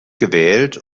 gewählt